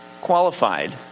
qualified